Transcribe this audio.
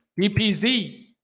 BPZ